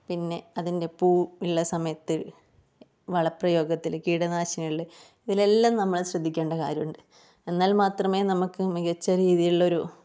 പിന്നെ അതിൻ്റെ പൂ ഉള്ള സമയത്ത് വളപ്രയോഗത്തിൽ കീടനാശിനികളിൽ ഇതിലെല്ലാം നമ്മൾ ശ്രദ്ധിക്കേണ്ട കാര്യമുണ്ട് എന്നാൽ മാത്രമേ നമുക്ക് മികച്ച രീതിയിലുള്ള ഒരു